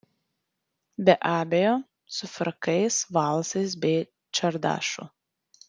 be abejo su frakais valsais bei čardašu